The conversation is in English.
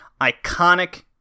iconic